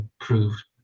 proved